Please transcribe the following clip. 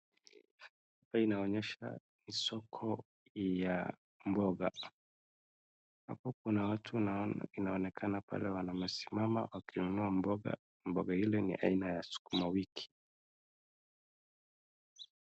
Hapa inaonyesha ni soko ya mboga. Hapo kuna watu naona inaonekana pale wamesimama wakinunua mboga. Mboga ile ni aina ya sukuma wiki.